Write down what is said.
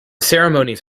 ceremonies